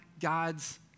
God's